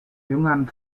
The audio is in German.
jüngern